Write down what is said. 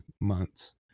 months